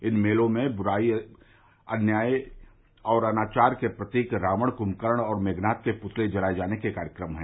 इन मेलों में बुराई अन्याय और अनाचार के प्रतीक रावण कृम्मकर्ण और मेघनाद के पुतले जलाए जाने के कार्यक्रम है